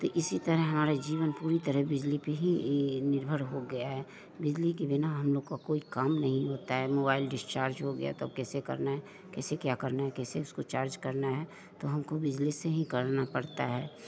तो इसी तरह हमार जीवन पूरी तरह बिजली पे ही ये निर्भर हो गया है बिजली के बिना हम लोग को कोई काम नहीं होता है मोबाईल डिस्चार्ज हो गया तो कैसे करना है कैसे क्या करना है कैसे उसको चार्ज करना है तो हमको बिजली से ही करना पड़ता है